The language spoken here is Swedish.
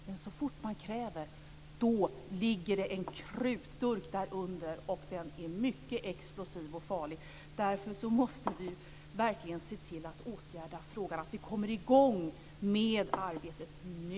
Men så fort man kräver något ligger det en krutdurk där under, och den är mycket explosiv och farlig. Därför måste vi verkligen se till att åtgärda frågan och se till att vi kommer i gång med arbetet nu.